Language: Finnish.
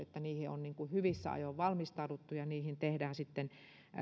että niihin on hyvissä ajoin valmistauduttu ja niihin tehdään sitten